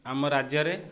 ଆମ ରାଜ୍ୟରେ